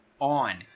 on